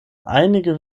einige